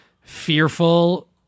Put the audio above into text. fearful